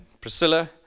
Priscilla